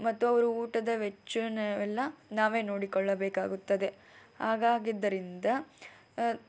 ಮತ್ತು ಅವರು ಊಟದ ವೆಚ್ಚವನ್ನ ಎಲ್ಲ ನಾವೇ ನೋಡಿಕೊಳ್ಳಬೇಕಾಗುತ್ತದೆ ಹಾಗಾಗಿದ್ದರಿಂದ